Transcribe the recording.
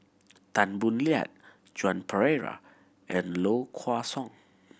Tan Boo Liat Joan Pereira and Low Kway Song